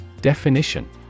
Definition